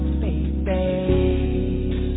baby